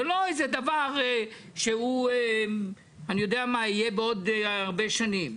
זה לא איזה דבר שהוא יהיה בעוד הרבה שנים.